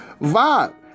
vibe